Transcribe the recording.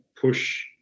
push